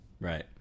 Right